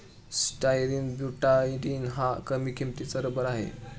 styrene butadiene हा कमी किंमतीचा रबर आहे